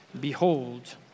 Behold